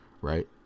right